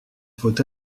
faut